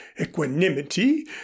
equanimity